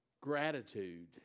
gratitude